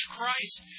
Christ